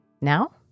Now